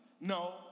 No